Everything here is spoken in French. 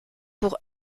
pour